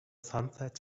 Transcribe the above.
sunset